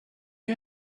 you